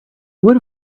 would